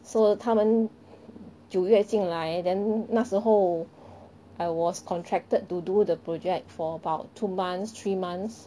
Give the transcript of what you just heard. so 他们九月进来 then 那时候 I was contracted to do the project for about two months three months